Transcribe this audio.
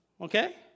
Okay